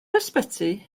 ysbyty